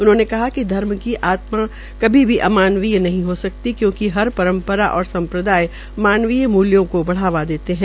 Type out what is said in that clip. उन्होंने कहा कि धर्म की आत्मा कभी भी आमानवीय नहीं हो सकती क्योंकि हर परम्परा और संप्रदाय मानवीय मूल्यों को बढ़ाव देते है